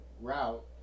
route